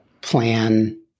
plan